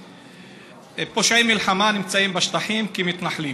פושעי מלחמה הנמצאים בשטחים כמתנחלים.